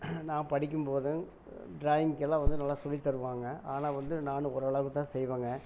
நான் படிக்கும்போதுங் ட்ராயிங்கெல்லாம் வந்து நல்லா சொல்லித்தருவாங்க ஆனால் வந்து நான் ஒரளவுக்கு தான் செய்வேங்க